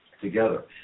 together